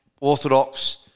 orthodox